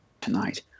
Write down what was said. tonight